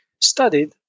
studied